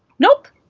nope!